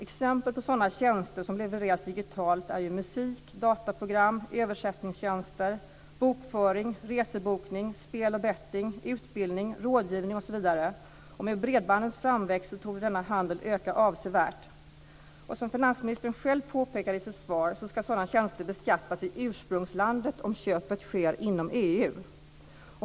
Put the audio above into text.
Exempel på tjänster som levereras digitalt är musik, dataprogram, översättningstjänster, bokföring, resebokning, spel och betting, utbildning, rådgivning osv. Med bredbandets framväxt torde denna handel öka avsevärt. Som finansministern själv påpekade i sitt svar ska sådana tjänster beskattas i ursprungslandet om köpet sker inom EU.